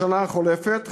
בשנה החולפת,